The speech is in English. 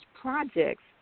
projects